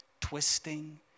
twisting